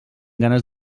ganes